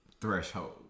threshold